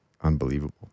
unbelievable